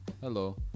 Hello